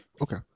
Okay